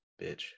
bitch